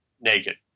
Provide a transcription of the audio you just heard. naked